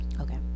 Okay